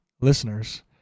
listeners